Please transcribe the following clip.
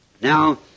Now